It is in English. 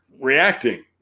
reacting